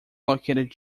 located